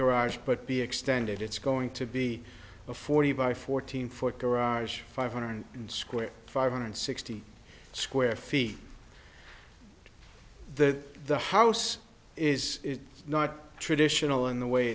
garage but be extended it's going to be a forty by fourteen foot garage five hundred square five hundred sixty square feet that the house is not traditional in the way